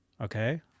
Okay